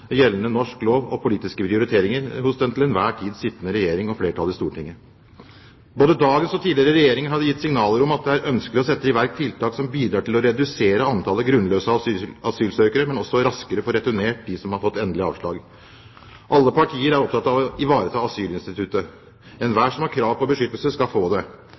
gjeldende norsk lov og politiske prioriteringer hos den til enhver tid sittende regjering og flertall i Stortinget. Både dagens og tidligere regjeringer har gitt signaler om at det er ønskelig å sette i verk tiltak som bidrar til å redusere antall grunnløse asylsøkere, men også raskere få returnert dem som har fått endelig avslag. Alle partier er opptatt av å ivareta asylinstituttet. Enhver som har krav på beskyttelse, skal få det.